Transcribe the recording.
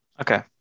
Okay